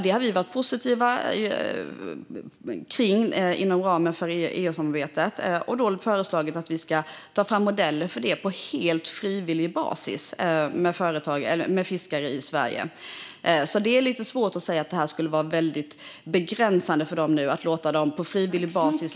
Det har vi varit positiva till inom ramen för EU-samarbetet, och vi har föreslagit att vi ska ta fram modeller för detta - på helt frivillig basis - med fiskare i Sverige. Det är alltså lite svårt att säga att det skulle vara väldigt begränsande att låta dem vara med i projekt på frivillig basis.